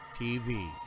TV